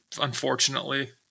unfortunately